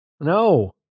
No